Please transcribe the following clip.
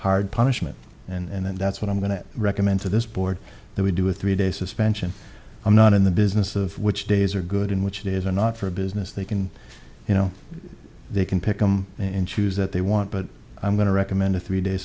hard punishment and that's what i'm going to recommend to this board that we do with three day suspension i'm not in the business of which days are good in which days or not for business they can you know they can pick them in shoes that they want but i'm going to recommend a three day